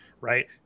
right